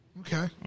Okay